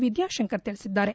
ವಿದ್ವಾಶಂಕರ್ ತಿಳಿಸಿದ್ದಾರೆ